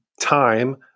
time